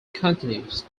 continues